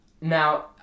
Now